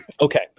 Okay